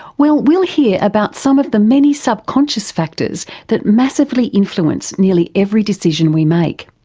well, we'll hear about some of the many subconscious factors that massively influence nearly every decision we make,